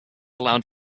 allowed